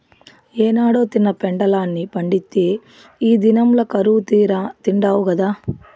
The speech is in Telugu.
ఏనాడో తిన్న పెండలాన్ని పండిత్తే ఈ దినంల కరువుతీరా తిండావు గదా